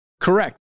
Correct